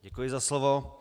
Děkuji za slovo.